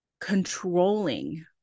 controlling